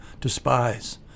despise